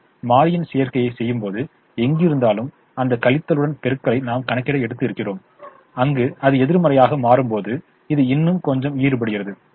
நாம் மாறியின் சேர்க்கை செய்யும்போது எங்கிருந்தாலும் அந்த கழித்தலுடன் பெருக்கலை நாம் கணக்கிட எடுத்து இருக்கிறோம் அங்கு அது எதிர்மறையாக மாறும் போது இது இன்னும் கொஞ்சம் ஈடுபடுகிறது